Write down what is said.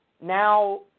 now